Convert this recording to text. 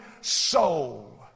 soul